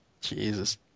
Jesus